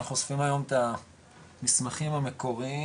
אנחנו אוספים היום את המסמכים המקוריים,